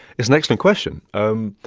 it's an excellent question. um